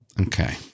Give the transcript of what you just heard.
Okay